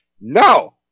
no